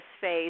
phase